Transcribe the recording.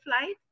flight